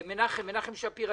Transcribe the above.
מנחם שפירא,